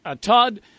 Todd